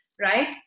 right